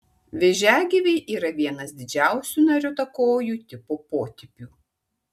vėžiagyviai yra vienas didžiausių nariuotakojų tipo potipių